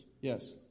yes